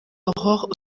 aurore